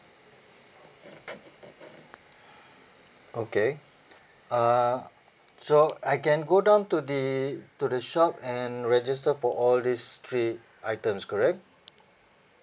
okay err so I can go down to the to the shop and register for all these three items correct